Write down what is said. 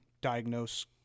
diagnose